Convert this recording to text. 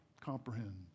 comprehend